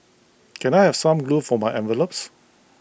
can I have some glue for my envelopes